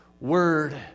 word